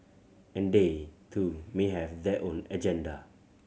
and they too may have their own agenda